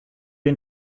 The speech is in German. den